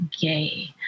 gay